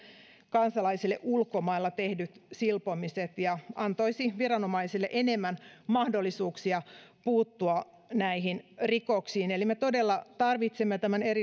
kansalaisille ulkomailla tehdyt silpomiset ja antaisi viranomaisille enemmän mahdollisuuksia puuttua näihin rikoksiin eli me todella tarvitsemme tämän